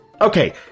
okay